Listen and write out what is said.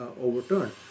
overturned